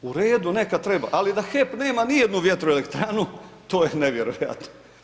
U redu, neka treba, ali da HEP nema ni jednu vjetroelektrana, to je nevjerojatno.